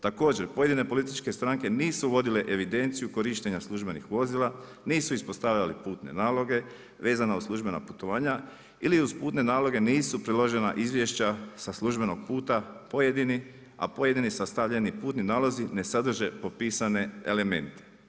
Također pojedine političke stranke nisu vodile evidenciju korištenja službenih vozila, nisu ispostavljali putne naloge vezano uz službena putovanja ili uz putne naloge nisu priložena izvješća sa službenog puta pojedini, a pojedini sastavljeni putni nalozi ne sadrže popisane elemente.